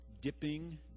dipping